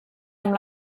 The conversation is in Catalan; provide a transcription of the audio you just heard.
amb